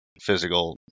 physical